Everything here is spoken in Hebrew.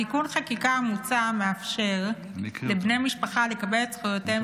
תיקון החקיקה המוצע מאפשר לבני משפחה לקבל את זכויותיהם